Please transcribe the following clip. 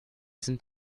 sind